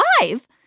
live